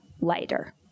lighter